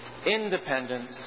Independence